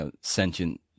sentient